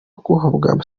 guhabwa